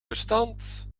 verstand